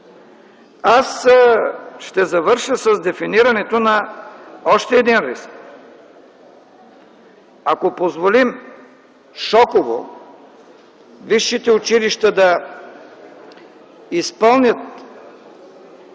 Аз ще завърша с дефинирането на още един риск. Ако позволим шоково висшите училища да изпълнят